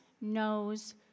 knows